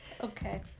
Okay